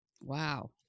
Wow